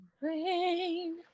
rain